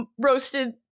roasted